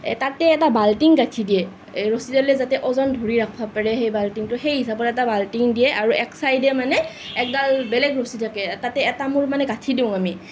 তাতে এটা বাল্টিও ৰাখি দিয়ে ৰছীদালে যাতে ওজন ধৰি ৰাখিব পাৰে সেই বাল্টিটোত সেই হিচাপত এটা বাল্টিং দিয়ে আৰু এক চাইডে মানে একডাল বেলেগ ৰছী থাকে তাতে এটা মূৰ মানে গাঠি দিওঁ আমি